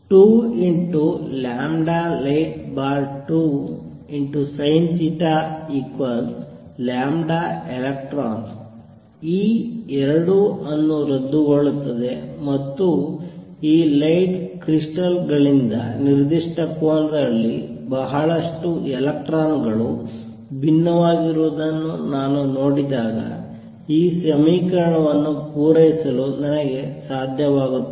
2light2Sinθelectrons ಈ 2 ಅನ್ನು ರದ್ದುಗೊಳ್ಳುತ್ತದೆ ಮತ್ತು ಈ ಲೈಟ್ ಕ್ರಿಸ್ಟಲ್ ಗಳಿಂದ ನಿರ್ದಿಷ್ಟ ಕೋನದಲ್ಲಿ ಬಹಳಷ್ಟು ಎಲೆಕ್ಟ್ರಾನ್ ಗಳು ಭಿನ್ನವಾಗಿರುವುದನ್ನು ನಾನು ನೋಡಿದಾಗ ಈ ಸಮೀಕರಣವನ್ನು ಪೂರೈಸಲು ನನಗೆ ಸಾಧ್ಯವಾಗುತ್ತದೆ